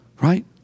Right